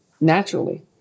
naturally